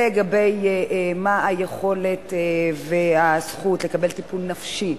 לגבי מה היכולת והזכות לקבל טיפול נפשי.